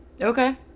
Okay